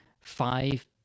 five